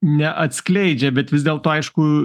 neatskleidžia bet vis dėlto aišku